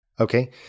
Okay